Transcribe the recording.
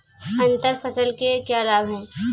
अंतर फसल के क्या लाभ हैं?